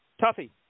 Tuffy